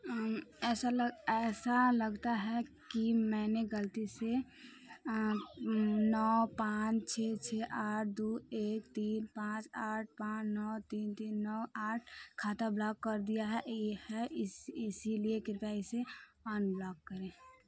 ऐसा लग ऐसा लगता है कि मैंने गलती से नौ पाँच छः छः आठ दो एक तीन पाँच आठ पाँच नौ तीन तीन नौ आठ खाता ब्लॉक कर दिया है ई है इस इसलिये कृपया इसे अनब्लॉक करें